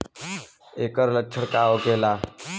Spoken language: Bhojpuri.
ऐकर लक्षण का होखेला?